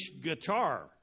guitar